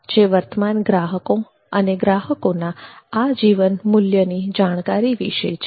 જે વર્તમાન ગ્રાહકો અને ગ્રાહકોના આજીવન મૂલ્યની જાણકારી વિષે છે